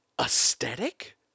aesthetic